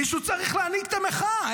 מישהו צריך להנהיג את המחאה.